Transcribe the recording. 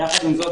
יחד עם זאת,